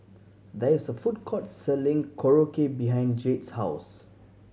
there is a food court selling Korokke behind Jade's house